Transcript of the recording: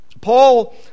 Paul